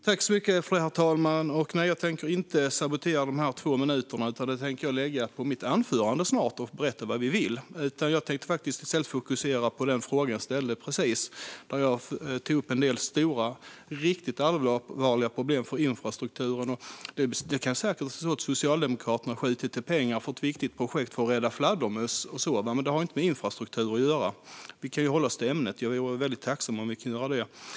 Herr talman! Nej, jag tänker inte sabotera mina kommande två minuter, utan jag tänker använda mitt anförande till att berätta vad vi vill. I stället tänker jag fokusera på den fråga jag precis ställde. Jag tog upp en del stora och riktigt allvarliga problem för infrastrukturen. Det kan säkert vara så att Socialdemokraterna har skjutit till pengar till ett viktigt projekt för att rädda fladdermöss, men det har inte med infrastruktur att göra. Vi kan väl hålla oss till ämnet? Jag vore väldigt tacksam om vi kunde göra det.